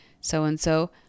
so-and-so